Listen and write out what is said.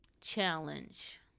challenge